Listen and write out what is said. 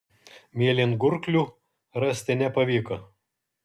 mėlyngurklių rasti nepavyko